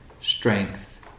strength